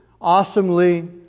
awesomely